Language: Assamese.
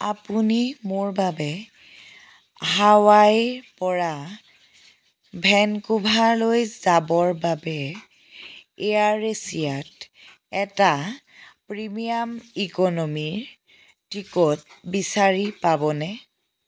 আপুনি মোৰ বাবে হাৱাইৰপৰা ভেনকুভাৰলৈ যাবৰ বাবে এয়াৰ এছিয়াত এটা প্ৰিমিয়াম ইকনমিৰ টিকট বিচাৰি পাবনে